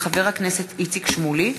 מאת חבר הכנסת איציק שמולי,